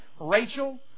Rachel